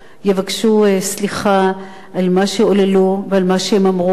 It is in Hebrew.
יבקשו סליחה על מה שעוללו ועל מה שהם אמרו,